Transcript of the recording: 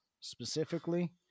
specifically